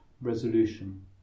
resolution